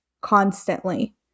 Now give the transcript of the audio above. constantly